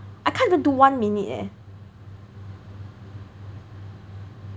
I can't even do one minute eh